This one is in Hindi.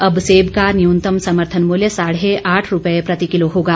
अब सेब का न्यूनतम समर्थन मूल्य साढ़े आठ रूपये प्रति किलो होगा